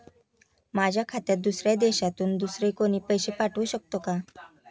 माझ्या खात्यात दुसऱ्या देशातून दुसरे कोणी पैसे पाठवू शकतो का?